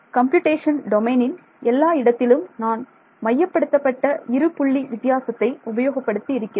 computation டொமைனில் எல்லா இடத்திலும் நான் மையப்படுத்தப்பட்ட இரு புள்ளி வித்தியாசத்தை உபயோகப் படுத்தி இருக்கிறேன்